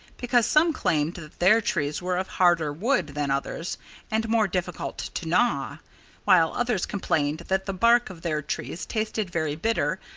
because some claimed that their trees were of harder wood than others and more difficult to gnaw while others complained that the bark of their trees tasted very bitter,